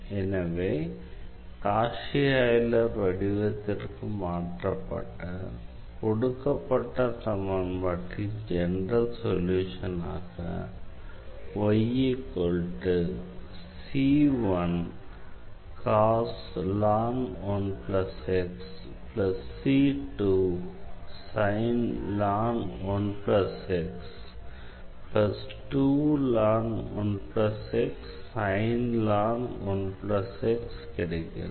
எனவே Cauchy Euler வடிவத்திற்கு மாற்றப்பட்ட கொடுக்கப்பட்ட சமன்பாட்டின் ஜெனரல் சொல்யூஷனாக கிடைக்கிறது